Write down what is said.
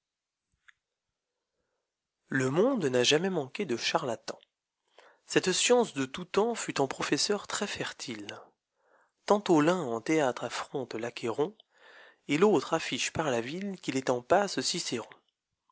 le charlatan j monde n'a jamais manqué de charlatans cette science de tout temps fut en professeurs très fertile tantôt l'un en théâtre affronte l'achéron ï et l'autre affiche par la ville ou'il est un passc cicéron